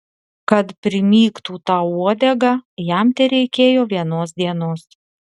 kad primygtų tau uodegą jam tereikėjo vienos dienos